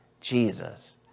Jesus